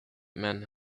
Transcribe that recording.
men